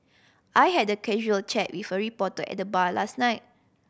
I had a casual chat with a reporter at the bar last night